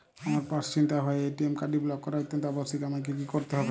আমার পার্স ছিনতাই হওয়ায় এ.টি.এম কার্ডটি ব্লক করা অত্যন্ত আবশ্যিক আমায় কী কী করতে হবে?